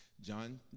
John